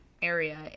area